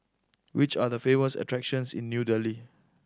which are the famous attractions in New Delhi